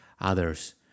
others